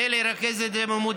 כדי לרכז את זה במודיעין.